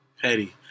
petty